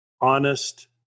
honest